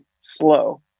slow